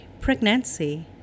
pregnancy